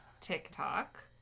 TikTok